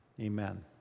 Amen